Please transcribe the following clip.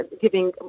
giving